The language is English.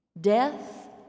Death